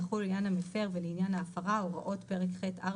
יחולו לעניין המפר ולעניין ההפרה הוראות פרק ח'4